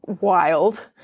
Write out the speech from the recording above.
wild